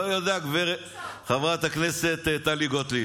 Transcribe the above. לא יודע, חברת הכנסת טלי גוטליב,